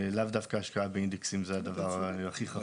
לאו דווקא באינדקסים זה הדבר הכי חכם.